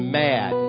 mad